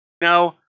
Now